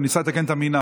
הוא ניסה לתקן את המנעד.